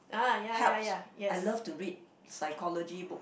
helps I love to read psychology books